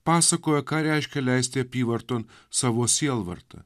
pasakoja ką reiškia leisti apyvarton savo sielvartą